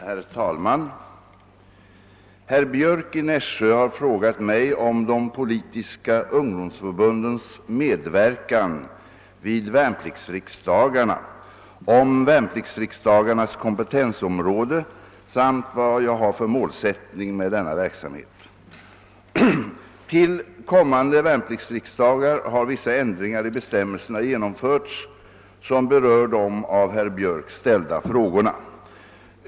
Herr talman! Herr Björck i Nässjö har frågat mig om de politiska ungdomsförbundens medverkan vid värnpliktsriksdagarna, om = värnpliktsriksdagarnas kompetensområde samt vad jag har för målsättning med denna verksamhet. Till kommande värnpliktsriksdagar har vissa ändringar i bestämmelserna genomförts som berör de av herr Björck ställda frågorna.